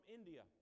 India